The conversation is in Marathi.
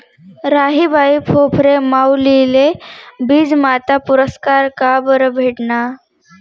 राहीबाई फोफरे माउलीले बीजमाता पुरस्कार काबरं भेटना?